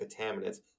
contaminants